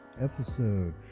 episode